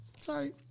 Sorry